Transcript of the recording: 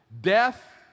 Death